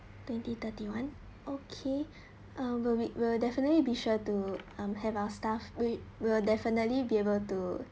twenty thirty one okay will be will definitely be sure to have our staff will definitely be able to